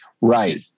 Right